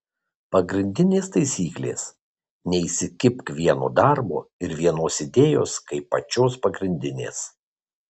pagrindinės taisyklės neįsikibk vieno darbo ir vienos idėjos kaip pačios pagrindinės